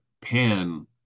Pan